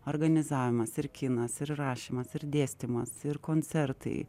organizavimas ir kinas ir rašymas ir dėstymas ir koncertai